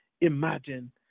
imagine